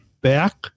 back